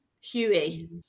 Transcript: huey